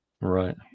Right